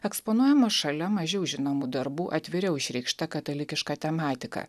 eksponuojama šalia mažiau žinomų darbų atviriau išreikšta katalikiška tematika